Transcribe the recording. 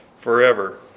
forever